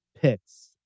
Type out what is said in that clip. Picks